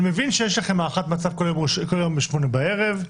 אני מבין שיש לכם הערכת מצב בכל יום ב-20:00 בערב.